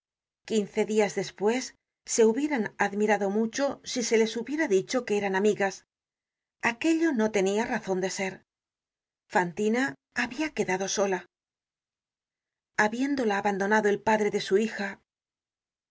quince dias despues se hubieran admirado mucho si se les hubiera dicho que eran amigas aquello no tenia razon de ser fantina habia quedado sola habiéndola abandonado el padre de su hija